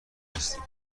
هستیم